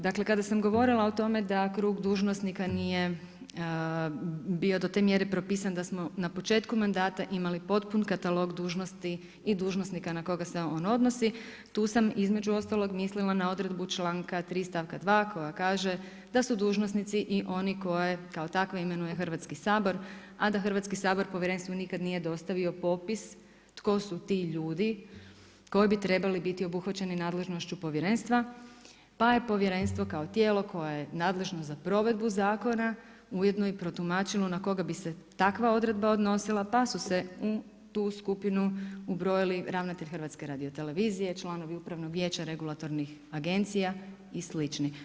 Dakle kada sam govorila o tome da krug dužnosnika nije bio do te mjere propisan da smo na početku mandata imali potpun katalog dužnosti i dužnosnika na koga se on odnosi, tu sam između ostalog mislila na odredbu članka 3. stavka 2. koja kaže da su dužnosnici i oni koje kao takve imenuje Hrvatski sabor a da Hrvatski sabor povjerenstvu nikada nije dostavio popis koji su ti ljudi koji bi trebali biti obuhvaćeni nadležnošću povjerenstva pa je povjerenstvo kao tijelo koje je nadležno za provedbu zakona ujedno i protumačilo na koga bi se takva odredba odnosila pa su se u tu skupinu ubrojili ravnatelj HRT-a, članovi upravnih vijeća regulatornih agencija i slični.